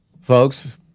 folks